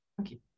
Okay